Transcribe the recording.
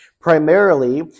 Primarily